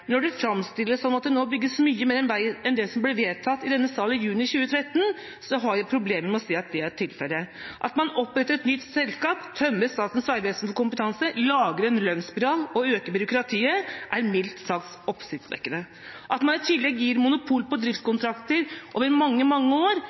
når det framstilles som at det nå bygges mye mer vei enn det som ble vedtatt i denne sal i juni 2013, har vi problemer med å se at det er tilfellet. At man oppretter et nytt selskap, tømmer Statens vegvesen for kompetanse, lager en lønnsspiral og øker byråkratiet, er mildt sagt oppsiktsvekkende. At man i tillegg gir monopol på driftskontrakter over mange, mange år,